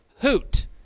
hoot